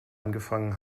angefangen